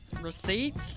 Receipts